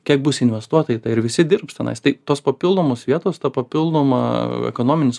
kiek bus investuota į tai ir visi dirbs tenais tai tos papildomos vietos to papildoma ekonominis